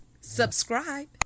subscribe